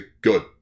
good